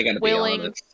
willing